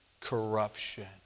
corruption